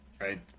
right